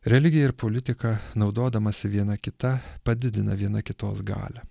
religija ir politika naudodamasi viena kita padidina viena kitos galią